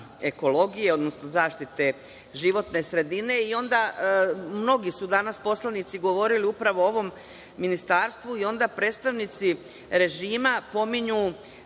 ekologije, odnosno zaštite životne sredine i onda mnogi su danas poslanici govorili upravo o ovom ministarstvu i onda predstavnici režima pominju